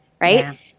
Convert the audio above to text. Right